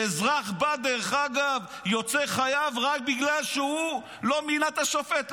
אזרח בא ויוצא חייב רק בגלל שהוא לא מינה את השופט,